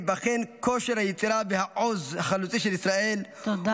"בנגב יבחן כושר היצירה והעוז החלוצי של ישראל --" תודה.